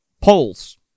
polls